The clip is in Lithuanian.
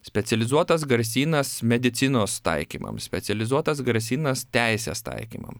specializuotas garsynas medicinos taikymams specializuotas garsynas teisės taikymam